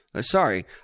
Sorry